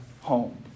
home